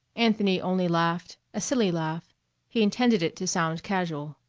anthony only laughed a silly laugh he intended it to sound casual.